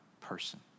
person